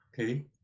Okay